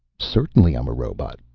certainly i'm a robot,